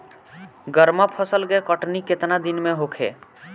गर्मा फसल के कटनी केतना दिन में होखे?